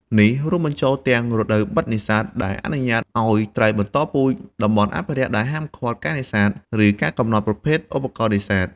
នេះរួមបញ្ចូលទាំងរដូវបិទនេសាទ ដែលអនុញ្ញាតឲ្យត្រីបន្តពូជ តំបន់អភិរក្សដែលហាមឃាត់ការនេសាទ ឬការកំណត់ប្រភេទឧបករណ៍នេសាទ។